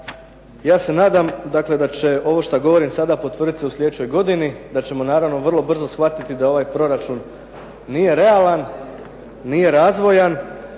ja se nadam da će ovo što govorim sada potvrditi se u slijedećoj godini, da ćemo naravno vrlo brzo shvatiti da ovaj proračun nije realan, nije razvojan,